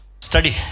study